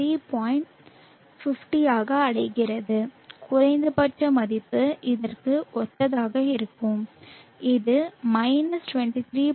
50 ஆக அடைகிறது குறைந்தபட்ச மதிப்பு இதற்கு ஒத்ததாக இருக்கும் அது 23